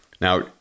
Now